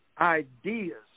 Ideas